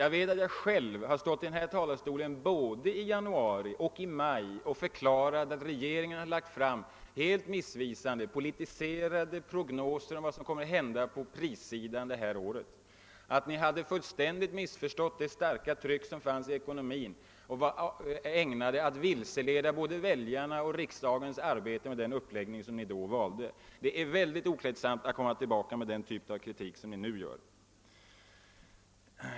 Jag har själv stått i denna talarstol både i januari och i maj och förklarat att regeringen har lagt fram helt missvisande, politiserade prognoser om vad som kommer att hända på prissidan i år, att ni fullständigt har missförstått det starka tryck som fanns i ekonomin och att den uppläggning ni valde var ägnad att vilseleda både väljarna och riksdagen i dess arbete. Det är verkligen mycket oklädsamt att komma tillbaka med den typ av kritik som ni nu för fram.